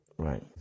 Right